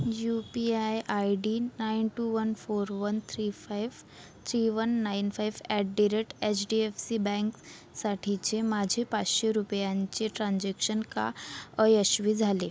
you P I I D nine two one four one three five three one nine five at the rate H D F C bank साठीचे माझे पाचशे रुपयांचे transaction का अयशस्वी झाले